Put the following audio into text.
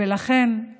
ולכן זה